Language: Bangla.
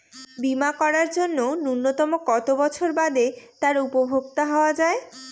বীমা করার জন্য ন্যুনতম কত বছর বাদে তার উপভোক্তা হওয়া য়ায়?